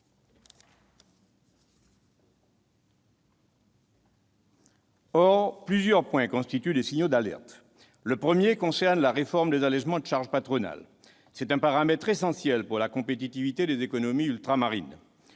Or plusieurs points constituent des signaux d'alerte. Le premier concerne la réforme des allégements de charges patronales, un paramètre essentiel pour la compétitivité des économies ultramarines.